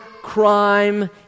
Crime